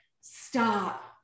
stop